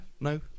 No